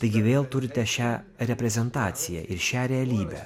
taigi vėl turite šią reprezentaciją ir šią realybę